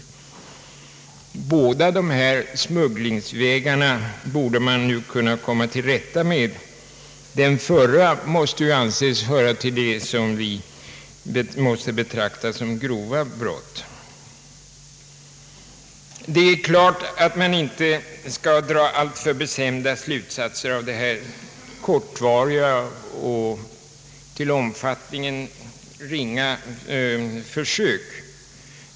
Man borde nu kunna komma till rätta med båda dessa smugglingsvägar. Den förra måste anses höra till det som måste betraktas som grova brott. Det är klart att man inte skall dra alltför bestämda slutsatser av detta kortvariga och till omfattningen ringa försök.